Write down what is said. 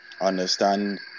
Understand